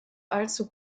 allzu